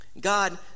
God